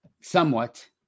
somewhat